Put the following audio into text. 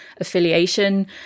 affiliation